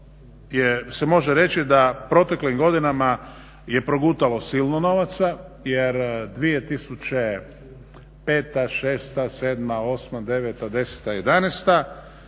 se može reći da proteklim godinama je progutalo silno novaca jer 2005., 2006. ,2007.,